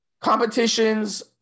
competitions